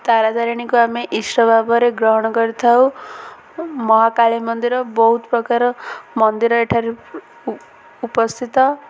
ତାରା ତାରିଣୀକୁ ଆମେ ଇଷ୍ଟ ଭାବରେ ଗ୍ରହଣ କରିଥାଉ ମହାକାଳୀ ମନ୍ଦିର ବହୁତ ପ୍ରକାର ମନ୍ଦିର ଏଠାରେ ଉପସ୍ଥିତ